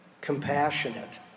compassionate